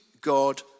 God